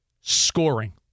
scoring